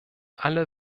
alle